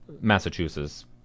Massachusetts